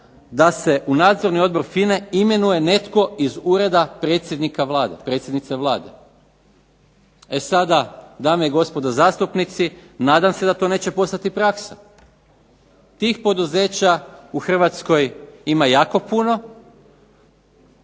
da se u Nadzorni odbor FINA-e iz ureda predsjednice Vlade. E sada dame i gospodo zastupnici, nadam se da to neće postati praksa. Tih poduzeća u Hrvatskoj ima jako puno.